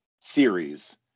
series